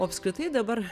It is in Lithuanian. o apskritai dabar